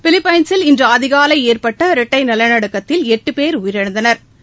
பிலிப்பைன்ஸில் இன்று அதிகாலை ஏற்பட்ட இரட்டை நிலநடுக்கத்தில் எட்டு போ் உயிரிழந்தனா்